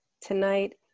Tonight